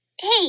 Hey